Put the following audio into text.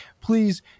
Please